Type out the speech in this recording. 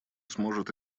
сможет